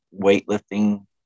weightlifting